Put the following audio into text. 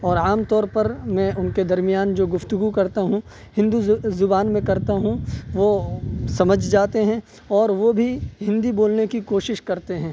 اور عام طور پر میں ان کے درمیان جو گفتگو کرتا ہوں ہندو زبان میں کرتا ہوں وہ سمجھ جاتے ہیں اور وہ بھی ہندی بولنے کی کوشش کرتے ہیں